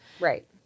Right